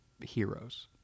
heroes